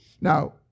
Now